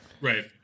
right